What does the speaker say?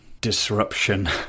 disruption